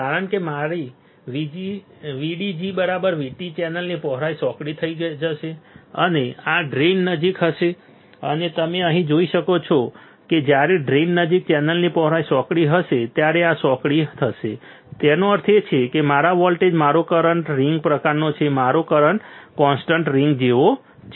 કારણ કે મારી VDG VT ચેનલની પહોળાઈ સાંકડી થઈ જશે અને આ ડ્રેઇનની નજીક થશે અને તમે અહીં જોઈ શકો છો કે જ્યારે ડ્રેઇન નજીક ચેનલની પહોળાઈ સાંકડી થશે ત્યારે આ સાંકડી થશે તેનો અર્થ એ છે કે મારા વોલ્ટ મારો કરંટ રીગ પ્રકારનો છે મારો કરંટ કોન્સ્ટન્ટ રીગ જેવો છે